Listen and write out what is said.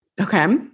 Okay